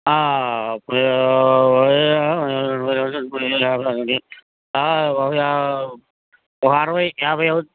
అరవై యాభై